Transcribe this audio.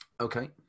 Okay